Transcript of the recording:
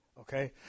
Okay